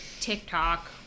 TikTok